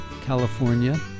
California